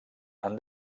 han